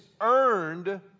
earned